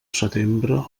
setembre